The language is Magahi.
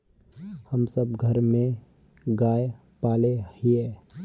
हम सब घर में गाय पाले हिये?